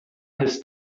his